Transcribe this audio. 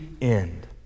end